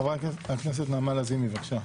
חברת הכנסת נעמה לזימי, בבקשה.